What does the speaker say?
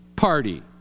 party